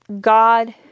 God